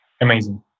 amazing